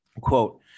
Quote